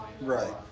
Right